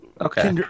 Okay